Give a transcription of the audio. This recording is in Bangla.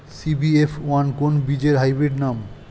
সি.বি.এফ ওয়ান কোন বীজের হাইব্রিড নাম?